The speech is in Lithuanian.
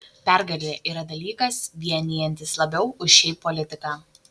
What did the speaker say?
pergalė yra dalykas vienijantis labiau už šiaip politiką